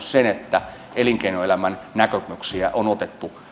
sen että elinkeinoelämän näkemyksiä on otettu